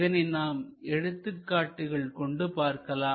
இதனை நாம் எடுத்துக் காட்டுகள் கொண்டு பார்க்கலாம்